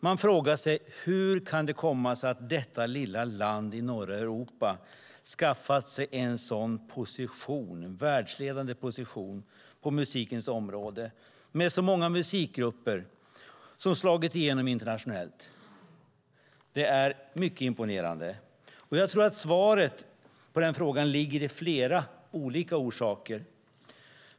Man frågar sig hur det kan komma sig att detta lilla land i norra Europa skaffat sig en sådan världsledande position på musikens område med så många musikgrupper som slagit igenom internationellt. Det är mycket imponerande. Jag tror att svaret på den frågan ligger i flera olika orsaker.